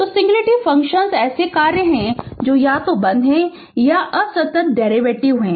तो singularity function ऐसे कार्य हैं जो या तो बंद हैं या असंतत डेरिवेटिव हैं